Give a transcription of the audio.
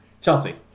Chelsea